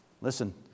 Listen